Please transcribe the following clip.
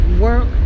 work